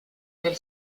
del